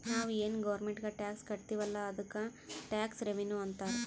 ನಾವು ಏನ್ ಗೌರ್ಮೆಂಟ್ಗ್ ಟ್ಯಾಕ್ಸ್ ಕಟ್ತಿವ್ ಅಲ್ಲ ಅದ್ದುಕ್ ಟ್ಯಾಕ್ಸ್ ರೆವಿನ್ಯೂ ಅಂತಾರ್